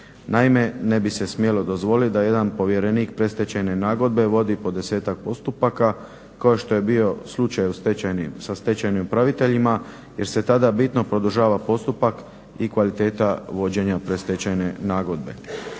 Naime, ne bi se smjelo dozvoliti da jedan povjerenik predstečajne nagodbe vodi po desetak postupaka kao što je bio slučaj sa stečajnim upraviteljima jer se tada bitno produžava postupak i kvaliteta vođenja predstečajne nagodbe.